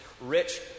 rich